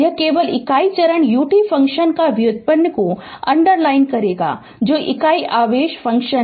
यह केवल इकाई चरण ut फ़ंक्शन का व्युत्पन्न को अनंडरलाइन करेगा जो इकाई आवेग फ़ंक्शन है